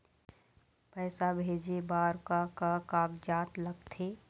पैसा भेजे बार का का कागजात लगथे?